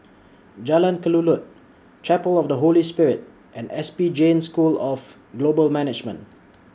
Jalan Kelulut Chapel of The Holy Spirit and S P Jain School of Global Management